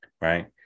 right